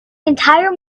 entire